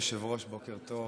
אדוני היושב-ראש, בוקר טוב.